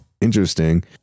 interesting